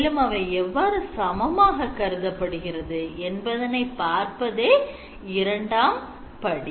மேலும் அவை எவ்வாறு சமமாக கருதப்படுகிறது என்பதனை பார்ப்பதே இரண்டாம் படி